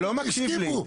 אתה לא מקשיב לי.